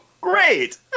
great